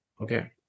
Okay